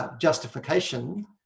justification